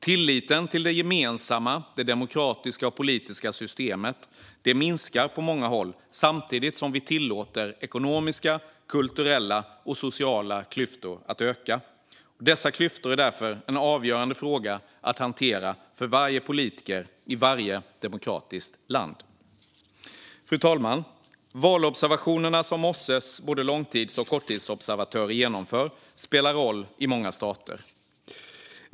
Tilliten till det gemensamma, demokratiska och politiska systemet minskar på många håll samtidigt som vi tillåter ekonomiska, kulturella och sociala klyftor att öka. Dessa klyftor är därför en avgörande fråga att hantera för varje politiker i varje demokratiskt land. Fru talman! De valobservationer som OSSE:s långtids och korttidsobservatörer genomför spelar roll i många stater.